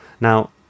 Now